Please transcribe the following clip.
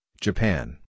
Japan